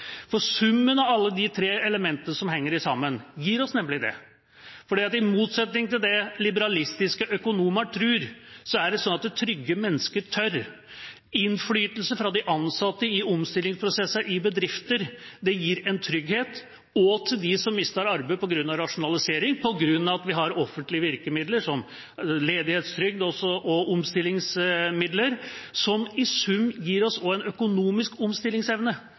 for summen av alle de tre elementene som henger sammen, gir oss nemlig det. I motsetning til det liberalistiske økonomer tror, er det sånn at trygge mennesker tør. Innflytelse fra de ansatte i omstillingsprosesser i bedrifter gir en trygghet, også til dem som mister arbeid på grunn av rasjonalisering, fordi vi har offentlige virkemidler som ledighetstrygd og omstillingsmidler, som i sum gir oss en økonomisk omstillingsevne,